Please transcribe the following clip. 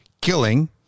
killing